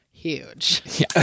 Huge